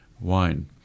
wine